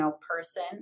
person